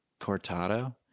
cortado